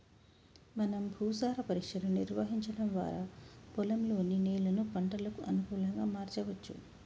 మనం భూసార పరీక్షలు నిర్వహించడం వారా పొలంలోని నేలను పంటలకు అనుకులంగా మార్చవచ్చు